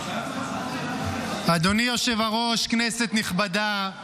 --- אדוני היושב-ראש, כנסת נכבדה, חברים,